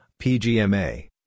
PGMA